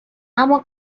اما